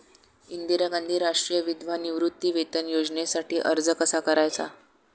इंदिरा गांधी राष्ट्रीय विधवा निवृत्तीवेतन योजनेसाठी अर्ज कसा करायचा?